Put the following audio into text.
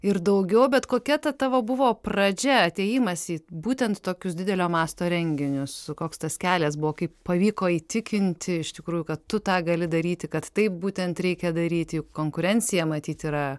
ir daugiau bet kokia ta tavo buvo pradžia atėjimas į būtent tokius didelio masto renginius koks tas kelias buvo kaip pavyko įtikinti iš tikrųjų kad tu tą gali daryti kad taip būtent reikia daryt juk konkurencija matyt yra